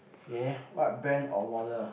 ya what brand of wallet